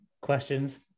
questions